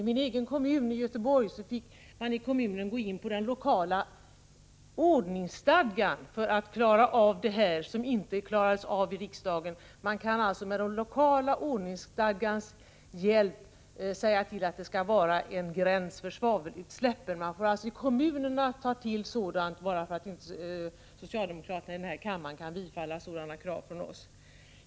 I min egen hemkommun, Göteborg, fick man gå in på den lokala ordningsstadgan för att klara det som inte klarades av i riksdagen. Kommunerna får alltså med den lokala ordningsstadgans hjälp sätta en gräns för svavelutsläppen, bara för att socialdemokraterna i denna kammare inte kan bifalla sådana krav från oss!